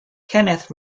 kenneth